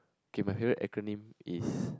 okay my favourite acronym is